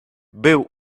był